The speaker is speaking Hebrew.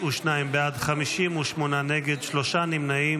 52 בעד, 58 נגד, שלושה נמנעים.